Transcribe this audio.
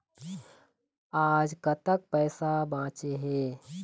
आज कतक पैसा बांचे हे?